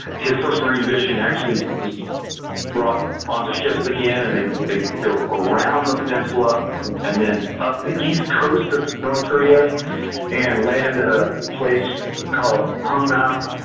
his first marine division actually is brought onto ships again and they they go around the peninsula and then up the east coast of north korea and land at a place called hungnam.